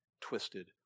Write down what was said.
twisted